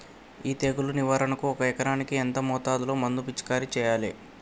ఈ తెగులు నివారణకు ఒక ఎకరానికి ఎంత మోతాదులో మందు పిచికారీ చెయ్యాలే?